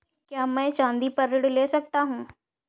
क्या मैं चाँदी पर ऋण ले सकता हूँ?